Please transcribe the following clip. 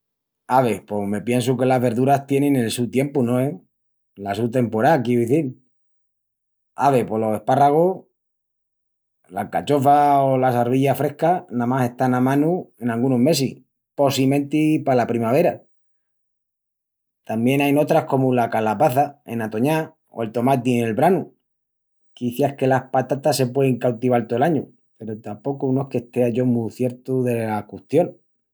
Ave, pos me piensu que las verduras tienin el su tiempu, no es? La su temporá, quiu izil. Ave, pos los espárragus, l'alcachofa o las arvillas frescas namás estan a manu en angunus mesis, possimenti pala primavera. Tamién ain otras comu la calabaça ena toñá o el tomati nel branu. Quiciás que las patatas se puein cautival tol añu peru tapocu no es que estea yo mu ciertu dela custión.